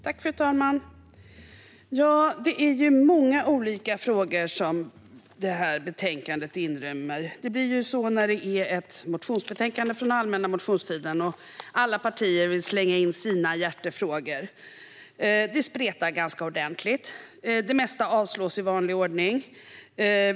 Fru talman! Det är många olika frågor som betänkandet inrymmer. Det blir så när det är ett motionsbetänkande från allmänna motionstiden och alla partier vill slänga in sina hjärtefrågor. Det spretar ganska ordentligt. Det mesta avstyrks i vanlig ordning.